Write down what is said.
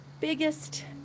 biggest